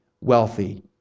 wealthy